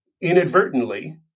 inadvertently